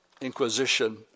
Inquisition